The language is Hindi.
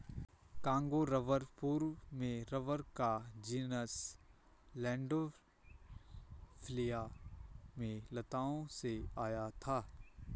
कांगो रबर पूर्व में रबर का जीनस लैंडोल्फिया में लताओं से आया था